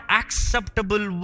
acceptable